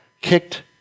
kicked